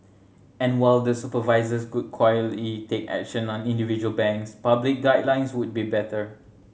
and while the supervisors could quietly take action on individual banks public guidelines would be better